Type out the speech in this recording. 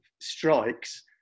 strikes